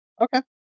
Okay